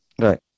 Right